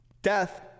Death